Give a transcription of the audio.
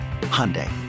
Hyundai